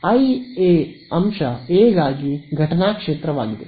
ಆದ್ದರಿಂದ i A ಅಂಶ A ಗಾಗಿ ಘಟನಾ ಕ್ಷೇತ್ರವಾಗಿದೆ